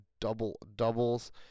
double-doubles